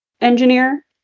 engineer